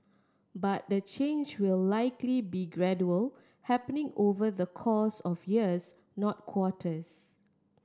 but the change will likely be gradual happening over the course of years not quarters